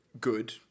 good